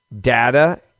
Data